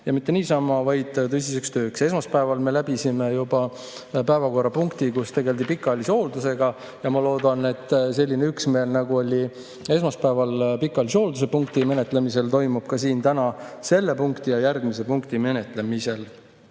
ja mitte niisama, vaid tõsiseks tööks. Esmaspäeval me läbisime juba päevakorrapunkti, kus tegeldi pikaajalise hoolduse küsimusega. Ja ma loodan, et selline üksmeel, nagu oli esmaspäeval pikaajalise hoolduse punkti menetlemisel, toimub ka täna siin selle punkti ja järgmise punkti menetlemisel.